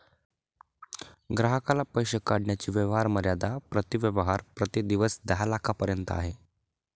ग्राहकाला पैसे काढण्याची व्यवहार मर्यादा प्रति व्यवहार प्रति दिवस दहा लाखांपर्यंत आहे